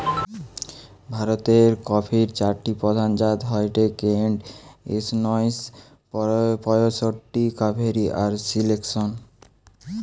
ভারতের কফির চারটি প্রধান জাত হয়ঠে কেন্ট, এস নয় শ পয়ষট্টি, কাভেরি আর সিলেকশন